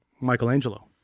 Michelangelo